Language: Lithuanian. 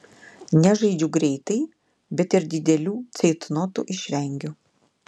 nežaidžiu greitai bet ir didelių ceitnotų išvengiu